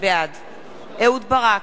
בעד אהוד ברק,